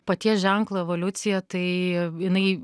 paties ženklo evoliucija tai jinai